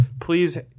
Please –